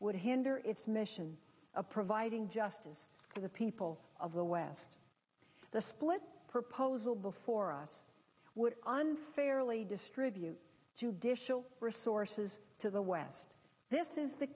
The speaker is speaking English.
would hinder its mission of providing justice to the people of the west the split proposal before us would unfairly distribute judicial resources to the west this is the